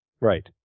right